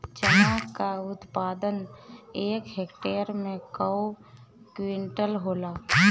चना क उत्पादन एक हेक्टेयर में कव क्विंटल होला?